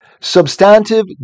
Substantive